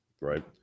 right